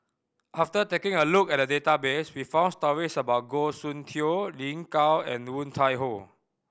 after taking a look at the database we found stories about Goh Soon Tioe Lin Gao and Woon Tai Ho